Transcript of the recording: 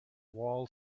wall